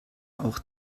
auch